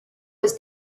was